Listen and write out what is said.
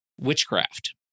witchcraft